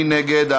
מי נגד?